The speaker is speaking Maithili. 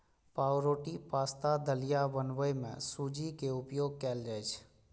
पावरोटी, पाश्ता, दलिया बनबै मे सूजी के उपयोग कैल जाइ छै